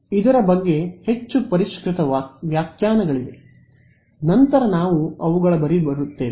ಇದರ ಬಗ್ಗೆ ಹೆಚ್ಚು ಪರಿಷ್ಕೃತ ವ್ಯಾಖ್ಯಾನಗಳಿವೆ ನಂತರ ನಾವು ಅವುಗಳ ಬಳಿ ಬರುತ್ತೇವೆ